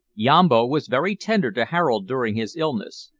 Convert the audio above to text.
yambo was very tender to harold during his illness,